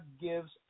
gives